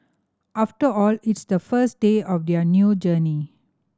after all it's the first day of their new journey